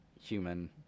human